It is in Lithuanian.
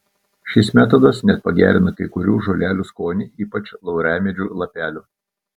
šis metodas net pagerina kai kurių žolelių skonį ypač lauramedžių lapelių